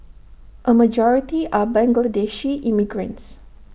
A majority are Bangladeshi immigrants